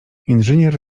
inżynier